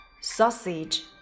Sausage